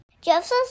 Joseph